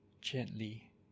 gently